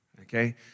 Okay